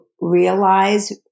realize